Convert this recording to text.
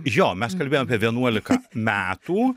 jo mes kalbėjom apie vienuolika metų